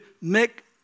make